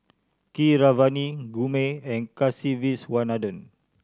Keeravani Gurmeet and Kasiviswanathan